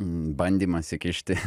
bandymas įkišti